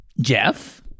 Jeff